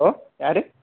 hello யார்